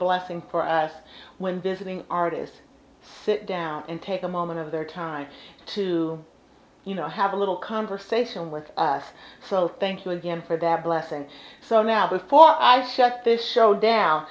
blessing for us when visiting artists sit down and take a moment of their time to you know have a little conversation with us so thank you again for that blessing so now before i shut the show down